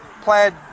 plaid